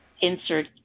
insert